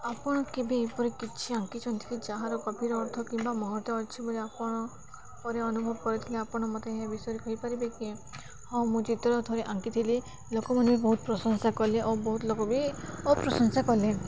ଆପଣ କେବେ ଏପରି କିଛି ଆଙ୍କିଛନ୍ତି ଯାହାର ଗଭୀର ଅର୍ଥ କିମ୍ବା ମହତ୍ତ୍ୱ ଅଛି ବୋଲି ଆପଣ ପରେ ଅନୁଭବ କରିଥିଲେ ଆପଣ ମୋତେ ଏ ବିଷୟରେ କହିପାରିବେ କି ହଁ ମୁଁ ଯେତେବେଳେ ଥରେ ଆଙ୍କିଥିଲି ଲୋକମାନେ ବି ବହୁତ ପ୍ରଶଂସା କଲେ ଓ ବହୁତ ଲୋକ ବି ଅପ୍ରଶଂସା କଲେ